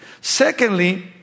Secondly